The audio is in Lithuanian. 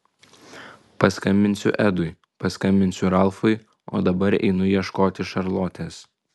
paskambinsiu edui paskambinsiu ralfui o dabar einu ieškoti šarlotės